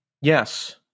Yes